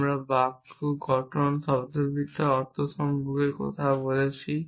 আমরা বাক্য গঠন শব্দার্থবিদ্যার অর্থ সম্পর্কে কথা বলছি